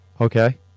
Okay